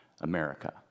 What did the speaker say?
America